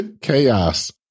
Chaos